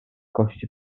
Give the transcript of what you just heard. kości